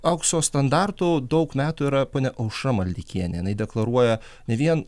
aukso standartu daug metų yra ponia aušra maldeikienė jinai deklaruoja ne vien